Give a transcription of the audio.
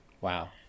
Wow